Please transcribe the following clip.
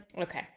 Okay